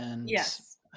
Yes